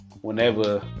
whenever